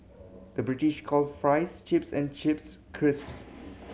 the British calls fries chips and chips crisps